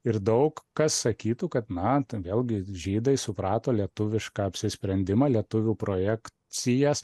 ir daug kas sakytų kad na vėlgi žydai suprato lietuvišką apsisprendimą lietuvių projekcijas